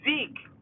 Zeke